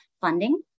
funding